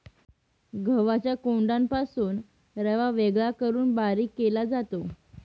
गव्हाच्या कोंडापासून रवा वेगळा करून बारीक केला जातो